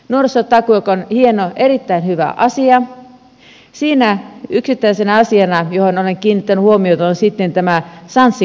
nuorisotakuu joka on hieno erittäin hyvä asia siinä yksittäisenä asiana johon olen kiinnittänyt huomiota on tämä sanssi kortti